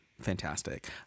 fantastic